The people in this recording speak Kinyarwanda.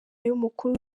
y’umukuru